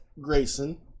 Grayson